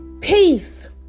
Peace